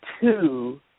two